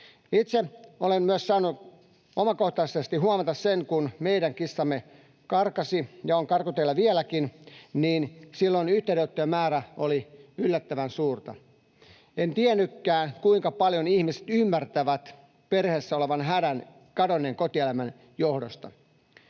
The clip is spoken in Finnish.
Itse olen saanut myös omakohtaisesti huomata sen, kun meidän kissamme karkasi — ja on karkutiellä vieläkin — miten silloin yhteydenottojen määrä oli yllättävän suurta. En tiennytkään, kuinka paljon ihmiset ymmärtävät perheessä olevan hätä kadonneen kotieläimen johdosta.